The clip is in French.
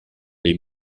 les